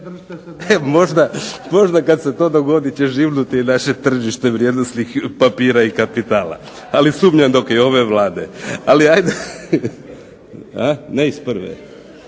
Možda kad se to dogodi će živnuti i naše tržište vrijednosnih papira i kapitala, ali sumnjam dok je ove Vlade. … /Upadica: Nije